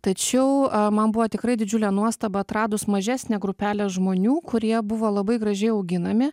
tačiau man buvo tikrai didžiulė nuostaba atradus mažesnę grupelę žmonių kurie buvo labai gražiai auginami